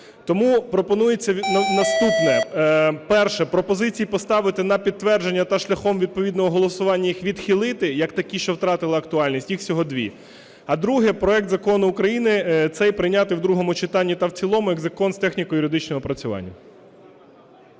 Тому пропонується наступне. Перше: пропозиції поставити на підтвердження та шляхом відповідного голосування їх відхилити як такі, що втратили актуальність, їх всього дві, а, друге: проект закону України цей прийняти в другому читанні та в цілому як закон з техніко-юридичним опрацюванням.